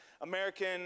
American